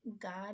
God